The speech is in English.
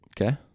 Okay